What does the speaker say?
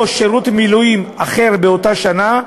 או שירות מילואים אחר באותה שנה,